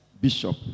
bishop